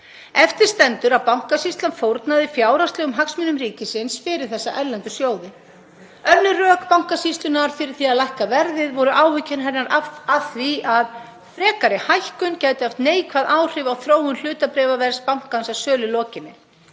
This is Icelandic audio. Eftir stendur að Bankasýslan fórnaði fjárhagslegum hagsmunum ríkisins fyrir þessa erlendu sjóði. Önnur rök Bankasýslunnar fyrir því að lækka verðið voru áhyggjur hennar af því að frekari hækkun gæti haft neikvæð áhrif á þróun hlutabréfaverðs bankans að sölu lokinni.